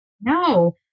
No